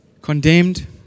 condemned